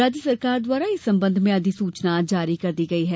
राज्य शासन द्वारा इस संबंध में अधिसूचना जारी कर दी गयी है